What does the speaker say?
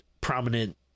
prominent